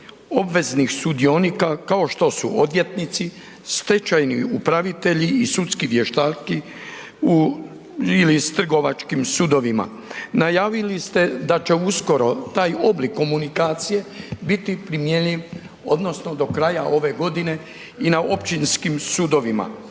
obveznih sudionika kao što su odvjetnici, stečajni upravitelji i sudski vještaki u ili s trgovačkim sudovima, najavili ste da će uskoro taj oblik komunikacije biti primjenljiv odnosno do kraja ove godine i na općinskim sudovima,